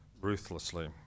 ruthlessly